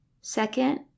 Second